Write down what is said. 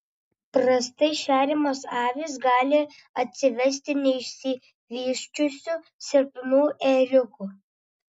prastai šeriamos avys gali atsivesti neišsivysčiusių silpnų ėriukų